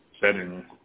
setting